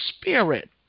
spirit